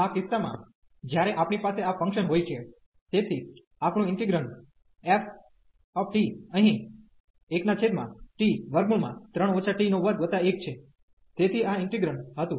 આ કિસ્સામાં જ્યારે આપણી પાસે આ ફંક્શન હોય છે તેથી આપણું ઇન્ટિગ્રેંડ f અહીં 1t3 t21 છે તેથી આ ઇન્ટિગ્રેંડ હતું